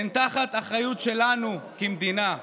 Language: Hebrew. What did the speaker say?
הן תחת אחריות שלנו כמדינה.